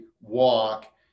walk